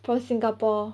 from singapore